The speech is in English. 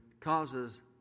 causes